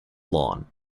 lawn